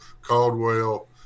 Caldwell